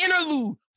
Interlude